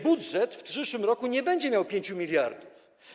Budżet w przyszłym roku nie będzie miał 5 mld.